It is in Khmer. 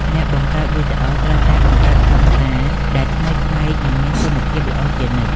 អ្នកបង្កើតវីដេអូត្រូវតែបង្កើតខ្លឹមសារដែលថ្មីប្លែកនិងមានគុណភាពល្អជានិច្ច។